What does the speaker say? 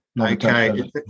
Okay